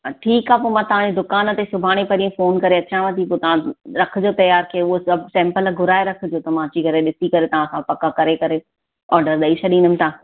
अ ठीकु आहे पोइ मां तव्हांजे दुकानु ते सुभाणे परींह फोन करे अचांव थी पोइ तव्हां रखिजो तयार की उहो सभु सेंपल घुराइ रखिजो त मां अची करे डीसी करे तव्हांखां पक करे करे ऑडर ॾेइ छॾींदमि तव्हांखे